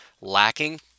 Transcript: lacking